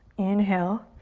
inhale.